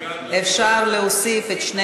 עסקאות גופים ציבוריים